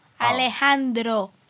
Alejandro